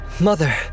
Mother